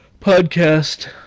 podcast